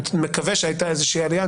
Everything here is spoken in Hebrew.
אני מקווה שהייתה איזושהי עלייה,